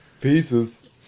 pieces